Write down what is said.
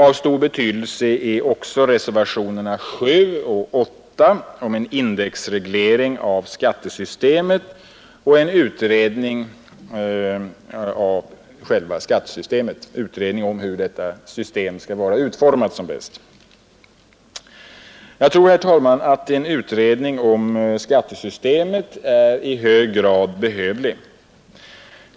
Av stor betydelse är också reservationerna 7 och 8 om en indexreglering av skattesystemet och en utredning om hur detta system skall vara utformat som bäst. Jag tror, herr talman, att en utredning om skattesystemet är i hög grad behövlig.